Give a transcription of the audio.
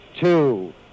two